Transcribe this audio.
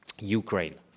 Ukraine